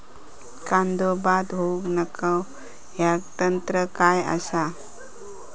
कांदो बाद होऊक नको ह्याका तंत्र काय असा?